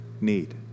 need